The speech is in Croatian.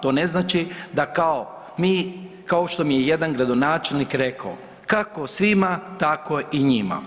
To ne znači da kao mi, kao što mi je jedan gradonačelnik rekao, kako svima tako i njima.